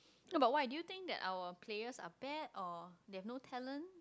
oh about why do you think that our players are bad or they have no talent